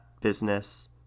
business